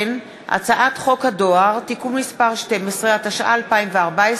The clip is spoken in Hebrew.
הצעת חוק הדואר (תיקון מס' 12), התשע"ה 2014,